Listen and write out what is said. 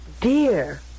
dear